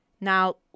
now